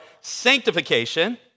sanctification